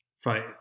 fight